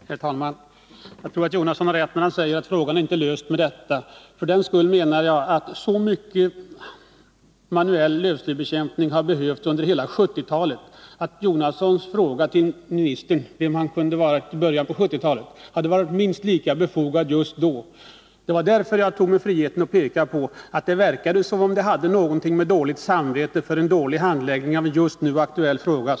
Herr talman! Jag tror att Bertil Jonasson har rätt när han säger att frågan ännu inte är löst. Så mycket manuell lövslybekämpning har behövts under hela 1970-talet att Bertil Jonassons fråga till ministern — vem det nu var i början på 1970-talet — hade varit minst lika befogad då. Det var därför jag pekade på att det verkade som om det var dåligt samvete för en dålig att interpellera.